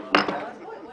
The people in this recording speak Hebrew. והיו כבר סעיפים בחוק